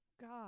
God